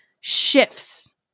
shifts